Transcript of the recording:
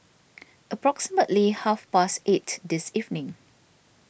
approximately half past eight this evening